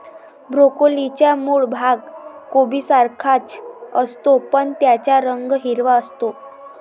ब्रोकोलीचा मूळ भाग कोबीसारखाच असतो, पण त्याचा रंग हिरवा असतो